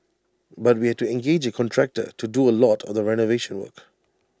but we had to engage A contractor to do A lot of the renovation work